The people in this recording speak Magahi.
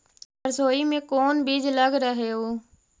सरसोई मे कोन बीज लग रहेउ?